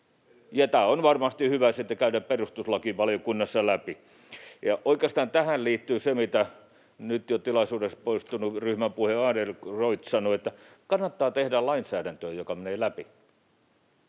tämä on varmasti hyvä sitten käydä perustuslakivaliokunnassa läpi. Oikeastaan tähän liittyy se, mitä nyt jo tilaisuudesta poistunut ryhmän puheenjohtaja Adlercreutz sanoi, että kannattaa tehdä lainsäädäntöä, joka menee läpi.